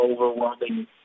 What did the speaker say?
overwhelming